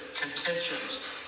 contentions